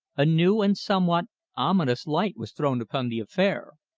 a new and somewhat ominous light was thrown upon the affair.